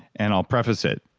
and i'll preface it.